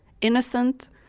innocent